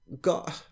god